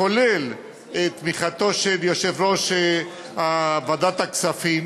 כולל תמיכתו של יושב-ראש ועדת הכספים,